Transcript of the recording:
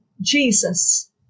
Jesus